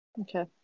Okay